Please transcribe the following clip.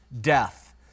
death